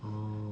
orh